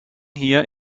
hier